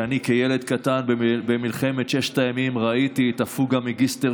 שאני כילד קטן במלחמת ששת הימים ראיתי את הפוגה-מגיסטר